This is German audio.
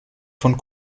von